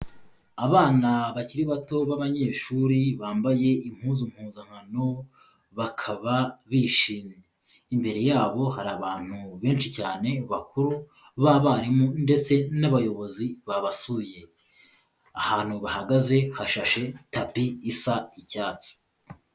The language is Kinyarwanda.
Abana bakiri bato b'abanyeshuri bambaye impuzu mpuzankano, bakaba bishimye. Imbere yabo hari abantu benshi cyane bakuru b'abarimu ndetse n'abayobozi babasuye. Ahantu bahagaze hashashe tapi isa icyatsi.